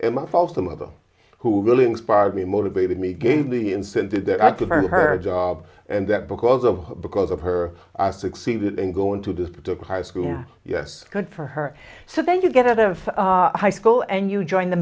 and my foster mother who really inspired me motivated me gave the incentive that i could earn her job and that because of because of her i succeeded in going to this to high school yes good for her so then you get out of high school and you join the